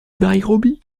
nairobi